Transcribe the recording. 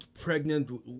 pregnant